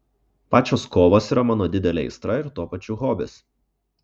pačios kovos yra mano didelė aistra ir tuo pačiu hobis